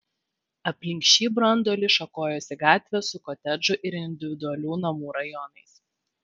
aplink šį branduolį šakojosi gatvės su kotedžų ir individualių namų rajonais